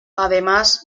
además